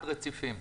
אחד, רציפים.